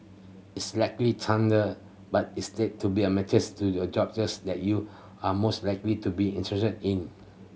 it's likely Tinder but instead to be a matters to the jobs that you are most likely to be interested in